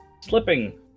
Slipping